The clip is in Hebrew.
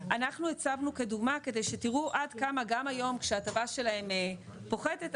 אנחנו הצבנו כדוגמה כדי שתראו עד כמה גם היום כשההטבה שלהם פוחתת,